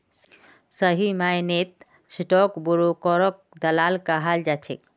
सही मायनेत स्टाक ब्रोकरक दलाल कहाल जा छे